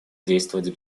действовать